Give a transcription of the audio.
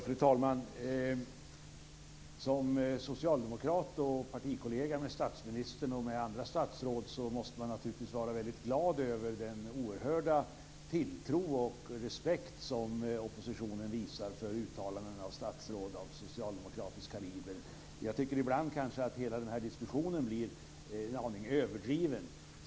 Fru talman! Som socialdemokrat och partikollega med statsministern och andra statsråd måste man naturligtvis vara väldigt glad över den oerhörda tilltro och respekt som oppositionen visar för uttalanden från statsråd av socialdemokratisk kaliber. Jag kan ibland tycka att hela den här diskussionen blir en aning överdriven.